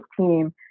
team